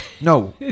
No